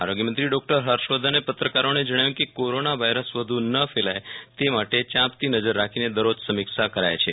આરોગ્ય મંત્રી ડોકટર હર્ષવર્ધને પત્રકારોને ણજાવ્યું કે કોરોના વાયરસ વધુ ન ફોલય તે માટે ચાંપતી નજર રાખીને દરરોજ સમીક્ષા કરાય છે